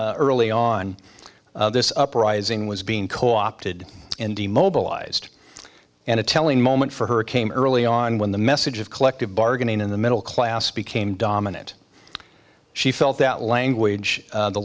early on this uprising was being co opted and demobilized and a telling moment for her came early on when the message of collective bargaining in the middle class became dominant she felt that language